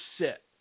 sit